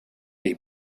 des